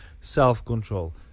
self-control